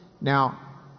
Now